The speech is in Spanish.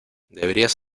deberías